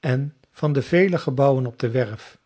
en van de vele gebouwen op de werf